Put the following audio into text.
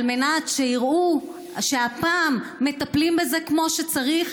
על מנת שיראו שהפעם מטפלים בזה כמו שצריך,